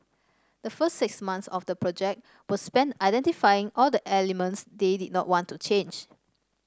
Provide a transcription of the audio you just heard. the first six months of the project were spent identifying all the elements they did not want to change